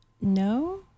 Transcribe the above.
No